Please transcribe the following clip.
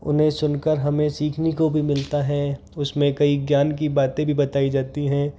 उन्हें सुनकर हमें सीखने को भी मिलता है उसमें कई ज्ञान की बातें भी बताई जाती हैं